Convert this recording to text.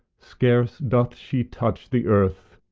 scarce doth she touch the earth,